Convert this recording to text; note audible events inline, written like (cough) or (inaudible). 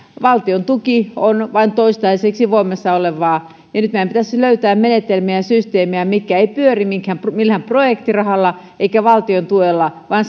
valtion tuki on vain toistaiseksi voimassa olevaa ja nyt meidän pitäisi siihen löytää menetelmiä ja systeemejä mitkä eivät pyöri millään projektirahalla eivätkä valtion tuella vaan (unintelligible)